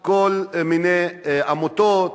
כל מיני עמותות